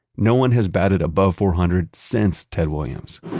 no one has batted above four hundred since ted williams